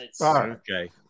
okay